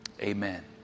Amen